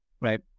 Right